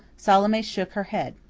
salome shook her head.